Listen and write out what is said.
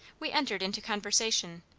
we entered into conversation,